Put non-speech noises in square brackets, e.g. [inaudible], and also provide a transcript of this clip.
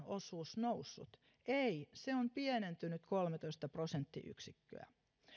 [unintelligible] osuus noussut ei se on pienentynyt kolmetoista prosenttiyksikköä